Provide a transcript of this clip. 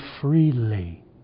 freely